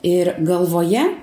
ir galvoje